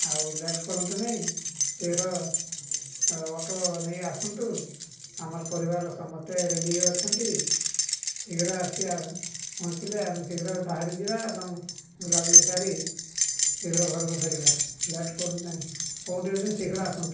ଆଉ ଲେଟ୍ କରନ୍ତୁ ନାହିଁ ଶୀଘ୍ର ଅଟୋ ନେଇ ଆସନ୍ତୁ ଆମର ପରିବାର ସମସ୍ତେ ରେଡ଼ି ହେଇ ଅଛନ୍ତି ଶୀଘ୍ର ଆସି ପହଞ୍ଚିଲେ ଆମେ ଶୀଘ୍ର ବାହାରି ଯିବା ଏବଂ ବୁଲାବୁଲି ସାରି ଶୀଘ୍ର ଘରକୁ ଫେରିବା ଲେଟ୍ କରନ୍ତୁ ନାହିଁ କୋଉଠି ଅଛନ୍ତି ଶୀଘ୍ର ଆସନ୍ତୁ